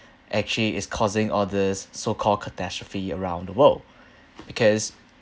actually is causing all this so-called catastrophe around the world because